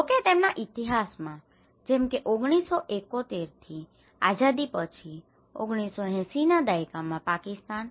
જો કે તેમના ઇતિહાસમાં જેમ કે 1971ની આઝાદી પછી 1980ના દાયકામાં પાકિસ્તાન